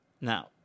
Now